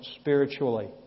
spiritually